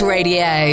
Radio